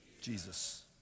Jesus